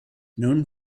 known